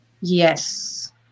Yes